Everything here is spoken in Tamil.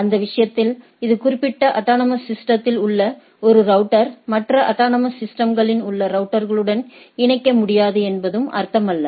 அந்த விஷயத்தில் இது குறிப்பிட்ட அட்டானமஸ் சிஸ்டதில் உள்ள ஒரு ரவுட்டர் மற்ற அட்டானமஸ் சிஸ்டம்களில் உள்ள ரவுட்டர்களுடன் இணைக்க முடியாது என்பதும் அர்த்தமல்ல